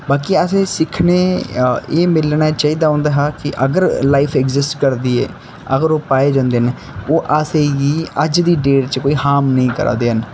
बाकी असें सिक्खने एह् मिलना चाहिदा उं'दा हा कि अगर लाइफ एग्जिस्ट करदी ऐ ते अगर ओह् पाए जंदे न ओह् असें गी अज्ज दी डेट च कोई हार्म नेईं करा दे न